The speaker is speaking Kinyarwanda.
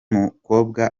mukobwa